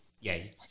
Yay